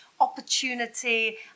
opportunity